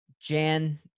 Jan